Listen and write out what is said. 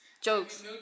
jokes